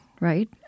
right